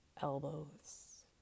elbows